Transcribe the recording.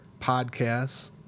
Podcasts